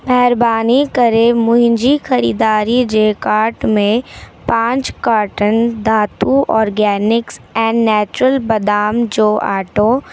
महिरबानी करे मुंहिंजी ख़रीदारी जे कार्ट में पंच carton Dhatu organics and natural बादाम जो अटो